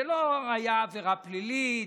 זו לא הייתה עבירה פלילית,